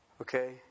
okay